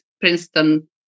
Princeton